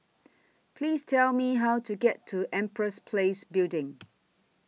Please Tell Me How to get to Empress Place Building